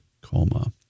coma